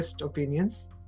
opinions